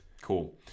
Cool